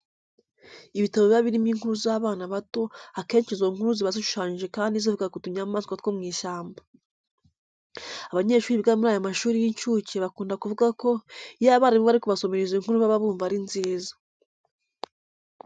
Ibitabo biba birimo inkuru z'abana bato, akenshi izo nkuru ziba zishushanyije kandi zivuga ku tunyamaswa two mu ishyamba. Abanyeshuri biga muri aya mashuri y'incuke bakunda kuvuga ko iyo abarimu bari kubasomera izi nkuru baba bumva ari nziza.